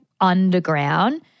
underground